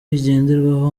bigenderwaho